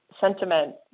sentiment